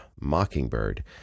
mockingbird